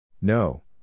No